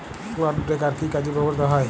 Clod breaker কি কাজে ব্যবহৃত হয়?